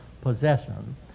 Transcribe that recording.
possession